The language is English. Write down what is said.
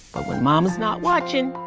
but when mama's not watching,